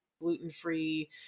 gluten-free